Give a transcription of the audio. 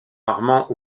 rarement